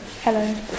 Hello